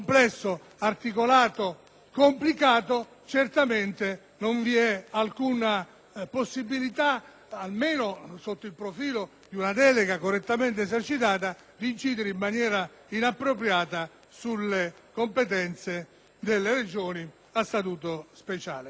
complicato, certamente non vi è alcuna possibilità, almeno sotto il profilo di una delega correttamente esercitata, di incidere in maniera inappropriata sulle competenze delle Regioni a Statuto speciale.